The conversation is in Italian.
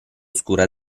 oscura